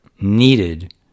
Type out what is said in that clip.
needed